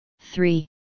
Three